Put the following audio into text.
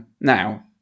now